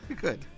Good